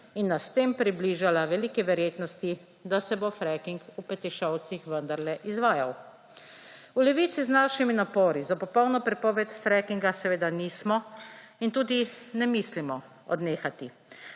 in nas s tem približala veliki verjetnosti, da se bo fracking v Petišovcih vendarle izvajal. V Levici z našimi napori za popolno prepoved frackinga seveda nismo in tudi ne mislimo odnehati.